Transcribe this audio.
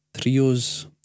trios